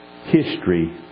history